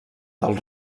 del